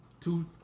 Two